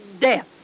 death